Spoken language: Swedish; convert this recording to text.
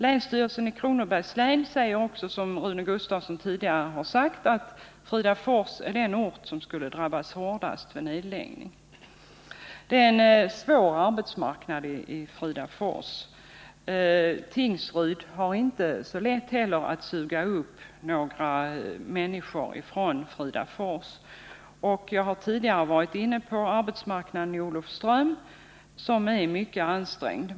Länsstyrelsen i Kronobergs län säger också, som Rune Gustavsson tidigare har sagt, att Fridafors är den ort som skulle drabbas hårdast vid en nedläggning. Det är alltså stora svårigheter när det gäller arbetsmarknaden i Fridafors. Det är inte heller så lätt för Tingsryd att suga upp människor från Fridafors. Jag har tidigare varit inne på förhållandena när det gäller arbetsmarknaden i Olofström, vilken är mycket ansträngd.